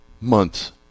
months